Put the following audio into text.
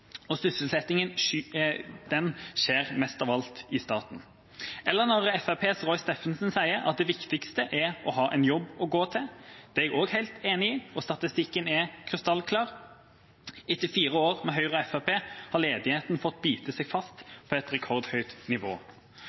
og sysselsettingen skjer mest av alt i staten. eller når Fremskrittspartiets Roy Steffensen sier at det viktigste er å ha en jobb å gå til. Det er jeg også helt enig i, og statistikken er krystallklar. Etter fire år med Høyre og Fremskrittspartiet har ledigheten fått bite seg fast på et rekordhøyt nivå.